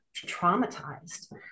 traumatized